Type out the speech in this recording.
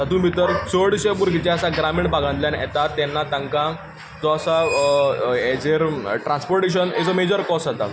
तातूंत भितर चडशे भुरगे जे आसा ग्रामीण भागांतल्यान येतात तेन्ना तांकां जो आसा transportation as a major cause जाता